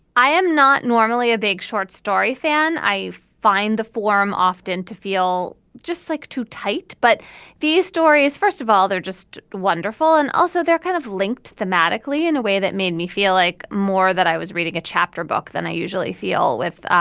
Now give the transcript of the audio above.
i am not normally a big short story fan. i find the forum often to feel just like too tight. but these stories first of all they're just wonderful and also they're kind of linked thematically in a way that made me feel like more that i was reading a chapter book than i usually feel with